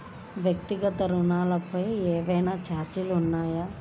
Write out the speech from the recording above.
వ్యక్తిగత ఋణాలపై ఏవైనా ఛార్జీలు ఉన్నాయా?